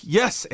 yes